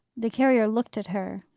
the carrier looked at her,